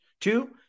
Two